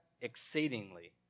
exceedingly